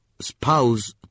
spouse